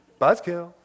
Buzzkill